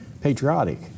patriotic